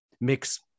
mix